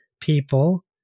people